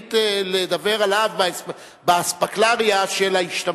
רשאית לדבר עליה באספקלריה של ההשתמטות.